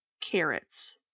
carrots